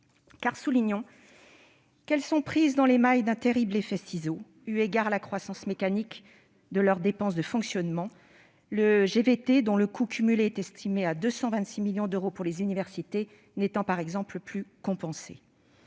Soulignons qu'elles sont prises dans les mailles d'un terrible effet de ciseau eu égard à la croissance mécanique de leurs dépenses de fonctionnement- le GVT, dont le coût cumulé est estimé à 226 millions d'euros pour les universités, n'étant, par exemple, plus compensé.